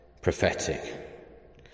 prophetic